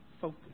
Focus